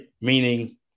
Meaning